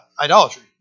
Idolatry